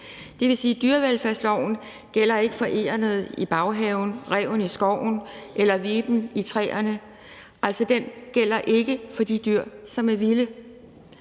Dyrevelfærdsloven gælder ikke for egernet i baghaven, ræven i skoven eller viben i træerne. Den gælder ikke for de dyr, som er vilde.